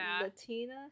Latina